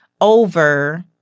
over